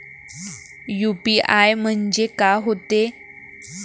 UPI म्हणजे का होते?